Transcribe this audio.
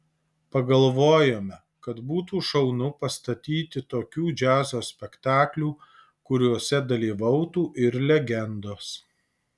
pagalvojome kad būtų šaunu pastatyti tokių džiazo spektaklių kuriuose dalyvautų ir legendos